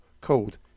called